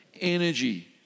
energy